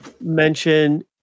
mention